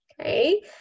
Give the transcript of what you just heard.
okay